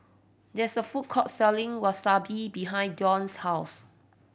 there is a food court selling Wasabi behind Don's house